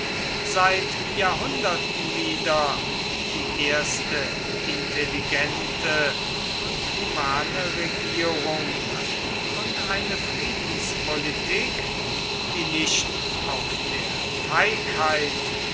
seit jahrhunderten wieder die erste intelligente und humane regierung und eine friedenspolitik die nicht auf der feigheit